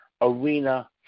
arena